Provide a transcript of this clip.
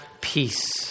peace